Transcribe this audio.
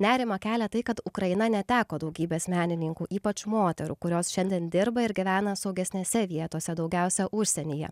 nerimą kelia tai kad ukraina neteko daugybės menininkų ypač moterų kurios šiandien dirba ir gyvena saugesnėse vietose daugiausiai užsienyje